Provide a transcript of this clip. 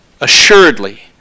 assuredly